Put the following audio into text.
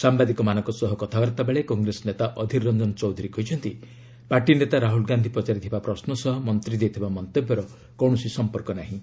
ସାମ୍ଭାଦିକମାନଙ୍କ ସହ କଥାବାର୍ତ୍ତା ବେଳେ କଂଗ୍ରେସ ନେତା ଅଧିର ରଞ୍ଜନ ଚୌଧୁରୀ କହିଛନ୍ତି ପାର୍ଟି ନେତା ରାହୁଲ ଗାନ୍ଧି ପଚାରିଥିବା ପ୍ରଶ୍ନ ସହ ମନ୍ତ୍ରୀ ଦେଇଥିବା ମନ୍ତବ୍ୟର କୌଣସି ସମ୍ପର୍କ ନାହିଁ